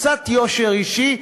קצת יושר אישי,